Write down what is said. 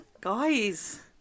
Guys